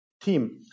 team